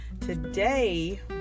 Today